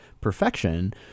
perfection